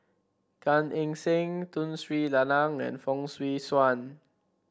Gan Eng Seng Tun Sri Lanang and Fong Swee Suan